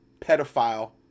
pedophile